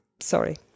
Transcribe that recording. sorry